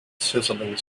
sizzling